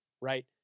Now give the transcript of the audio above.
right